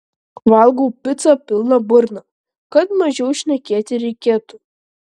valgau picą pilna burna kad mažiau šnekėti reikėtų